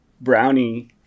Brownie